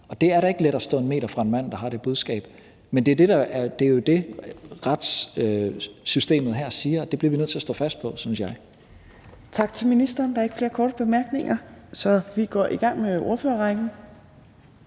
Det er da ikke let at stå en meter fra en mand, der har det budskab, men det er jo det, retssystemet her siger, og det bliver vi nødt til at stå fast på, synes jeg. Kl. 15:12 Tredje næstformand (Trine Torp): Tak til ministeren. Der er ikke flere korte bemærkninger, så vi går i gang med ordførerrækken,